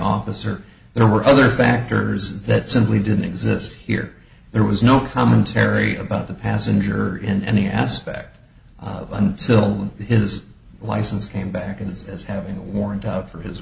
officer there were other factors that simply didn't exist here there was no commentary about the passenger in any aspect until his license came back as having a warrant out for his